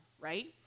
right